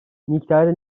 miktarı